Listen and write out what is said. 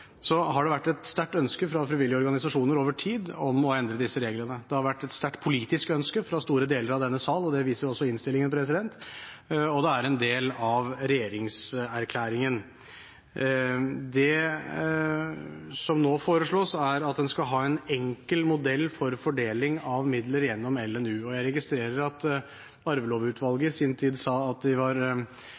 har det vært et sterkt ønske fra frivillige organisasjoner over tid om å endre disse reglene. Det har vært et sterkt politisk ønske fra store deler av denne sal, det viser også innstillingen, og det er en del av regjeringserklæringen. Det som nå foreslås, er at man skal ha en enkel modell for fordeling av midler gjennom LNU. Jeg registrerer at Arvelovutvalget i sin tid sa at de var